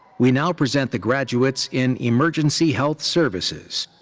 we now present the graduates in emergency health services.